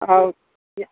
ꯑꯧ